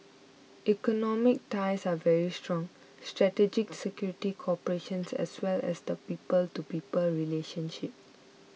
economic ties are very strong strategic security cooperations as well as the people to people relationship